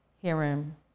hearing